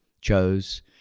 chose